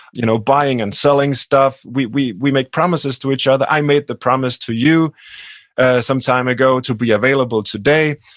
you know buying and selling stuff. we we make promises to each other. i made the promise to you some time ago to be available today,